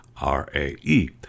R-A-E